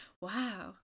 Wow